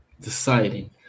deciding